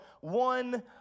one